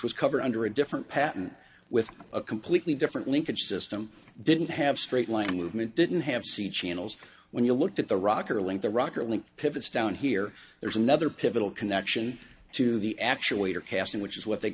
was covered under a different patent with a completely different linkage system didn't have straight line movement didn't have c channels when you looked at the rocker link the rocker link pivots down here there's another pivotal connection to the actuator casting which is what they